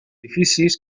edificis